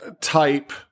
type